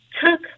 took